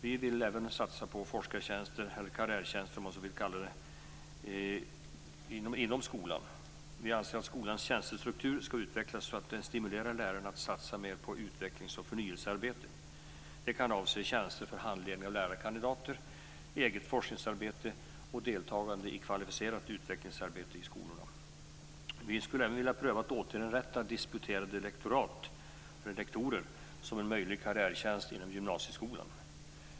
Vi vill även satsa på forskartjänster, eller karriärtjänster, om man så vill kalla det, inom skolan. Vi anser att skolans tjänstestruktur skall utvecklas så att den stimulerar lärarna att satsa mer på utvecklings och förnyelsearbete. Det kan avse tjänster för handledning av lärarkandidater, eget forskningsarbete och deltagande i kvalificerat utvecklingsarbete i skolorna. Vi skulle även vilja pröva att återinrätta disputerade lektorat för lektorer som en möjlig karriärtjänst inom gymnasieskolan.